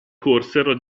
corsero